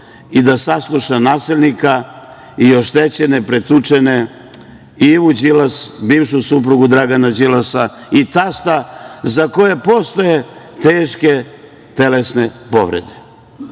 i da sasluša nasilnika i oštećene, pretučene, Ivu Đilas, bivšu suprugu Dragana Đilasa i tasta, za koje postoje teške telesne povrede.